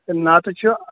تہٕ نَتہٕ چھُ